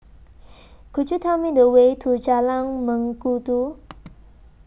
Could YOU Tell Me The Way to Jalan Mengkudu